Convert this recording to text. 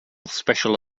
special